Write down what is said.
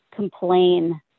Complain